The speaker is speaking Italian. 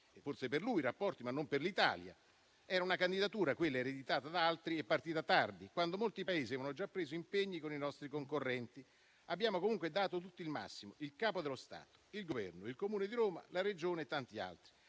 (forse per lui, ma non per l'Italia). Era una candidatura, quella, ereditata da altri e partita tardi, quando molti Paesi avevano già preso impegni con i nostri concorrenti. Abbiamo comunque dato tutti il massimo: il Capo dello Stato, il Governo, il Comune di Roma, la Regione e tanti altri.